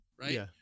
right